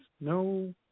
No